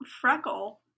Freckle